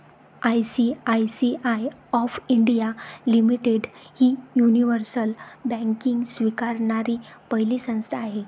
ICICI of India limited ही universal banking स्वीकारणारी पहिली संस्था आहे